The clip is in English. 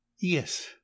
yes